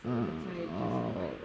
so that's why it just went viral